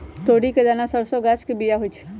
तोरी के दना सरसों गाछ के बिया होइ छइ